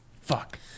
Fuck